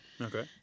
Okay